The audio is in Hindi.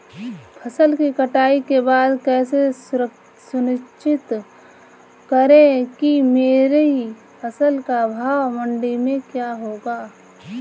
फसल की कटाई के बाद कैसे सुनिश्चित करें कि मेरी फसल का भाव मंडी में क्या होगा?